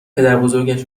پدربزرگش